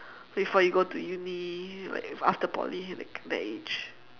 before you go to uni like if after poly that kind that age